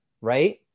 Right